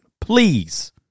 please